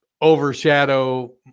overshadow